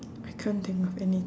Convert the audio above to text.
I can't think of any